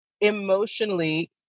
emotionally